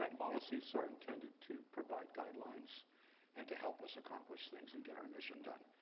um policies are intended to provide guidelines and to help us accomplish things and get our mission done.